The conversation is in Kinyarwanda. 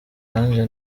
ange